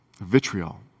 Vitriol